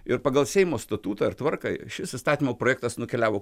ir pagal seimo statutą ir tvarką šis įstatymo projektas nukeliavo